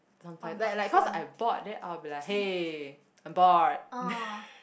sometime like like cause I'm bored then I'll be like hey I'm bored